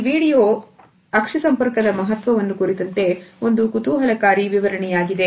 ಈ ವಿಡಿಯೋ ಅಕ್ಷಿ ಸಂಪರ್ಕದ ಮಹತ್ವವನ್ನು ಕುರಿತಂತೆ ಒಂದು ಕುತೂಹಲಕಾರಿ ವಿವರಣೆಯಾಗಿದೆ